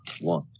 One